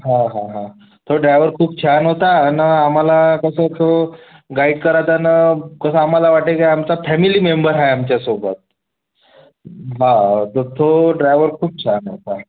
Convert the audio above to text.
हां हां हां तो ड्रायवर खूप छान होता आणि आम्हाला कसं तो गाईट करताना कसं आम्हाला वाटे की आमचा फॅमिली मेंबर आहे आमच्यासोबत बा तर तो ड्रायवर खूप छान होता